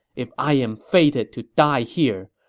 if i am fated to die here,